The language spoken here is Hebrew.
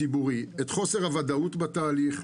-- את חוסר הוודאות בתהליך,